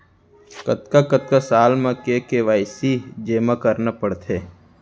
कतका कतका साल म के के.वाई.सी जेमा करना पड़थे?